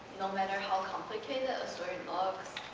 no matter how complicated a story looks,